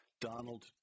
Donald